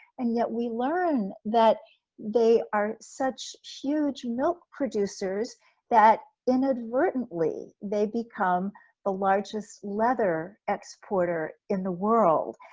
and yet we learn that they are such huge milk producers that inadvertently they become the largest leather exporter in the world.